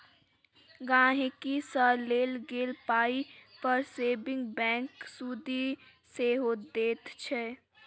गांहिकी सँ लेल गेल पाइ पर सेबिंग बैंक सुदि सेहो दैत छै